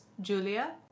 Julia